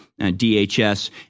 DHS